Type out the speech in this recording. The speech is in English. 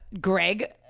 Greg